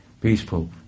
peaceful